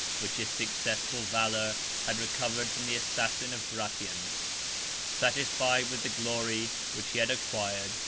which his successful valor had recovered from the assassin of gratian. satisfied with the glory which he had acquired,